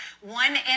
One